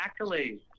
accolades